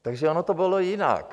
Takže ono to bylo jinak.